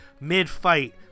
Mid-fight